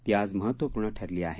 ती आज महत्त्वपूर्ण ठरली आहे